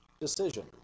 decision